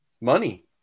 money